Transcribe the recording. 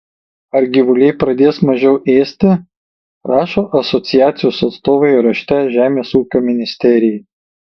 ar gyvuliai pradės mažiau ėsti rašo asociacijos atstovai rašte žemės ūkio ministerijai